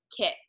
kit